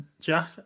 Jack